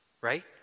Right